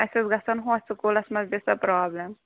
اَسہِ اوس گژھن ہۄتھ سُکوٗلَس منٛز گژھن پرٛابلِم